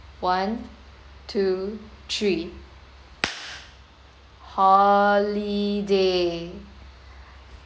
one two three holiday